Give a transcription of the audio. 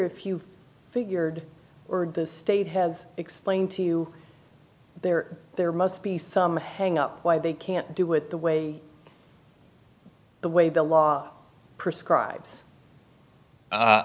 if you figured were the state has explained to you there there must be some hang up why they can't do it the way the way the law prescribes